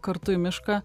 kartu į mišką